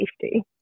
safety